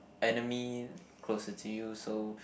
enemy closer to you so